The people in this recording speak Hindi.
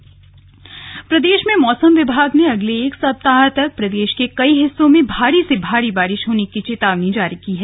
मौसम प्रदेश में मौसम विभाग ने अगले एक सप्ताह तक प्रदेश के कई हिस्सों में भारी से भारी बारिश होने की चेतावनी जारी की है